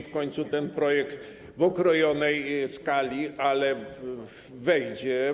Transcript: W końcu ten projekt, w okrojonej skali, jednak wejdzie.